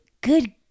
good